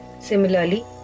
Similarly